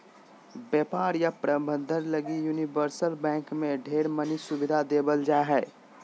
व्यापार या प्रबन्धन लगी यूनिवर्सल बैंक मे ढेर मनी सुविधा देवल जा हय